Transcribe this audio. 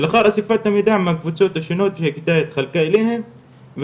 ולאחר אסיפת המידע מהקבוצות השונות והשקעה רבה,